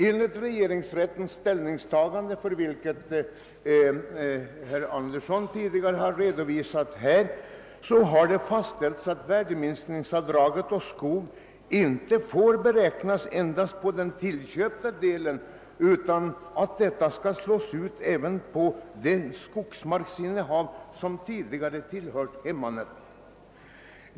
Enligt regeringsrättens ställningstagande, för vilket herr Andersson i Essvik tidigare har redogjort, har det fastställts att värdeminskningsavdraget för skog inte får beräknas enbart på den tillköpta delen utan att detta skall slås ut även på det skogsmarksinnehav som tidigare tillhört hemmanet.